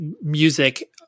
music